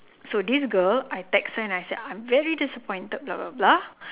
so this girl I text her and I said I'm very disappointed blah blah blah